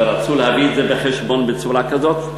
ורצו להביא את זה בחשבון בצורה כזאת.